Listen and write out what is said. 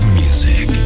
music